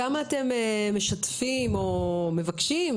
עד כמה אתם משתפים או מבקשים